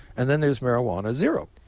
and then there's marijuana zero.